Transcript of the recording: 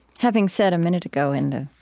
having said a minute ago in the